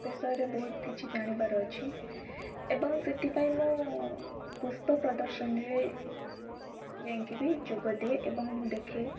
ବିଷୟରେ ବହୁତ କିଛି ଜାଣିବାର ଅଛି ଏବଂ ସେଥିପାଇଁ ମୁଁ ପୁଷ୍ପ ପ୍ରଦର୍ଶନୀରେ ଯାଇଁକି ବି ଯୋଗ ଦିଏ ଏବଂ ଦେଖେ